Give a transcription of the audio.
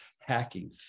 hacking